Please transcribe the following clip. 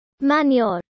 Manure